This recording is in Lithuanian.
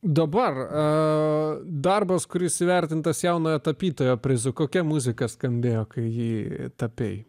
dabar a darbas kuris įvertintas jaunojo tapytojo prizu kokia muzika skambėjo kai tapei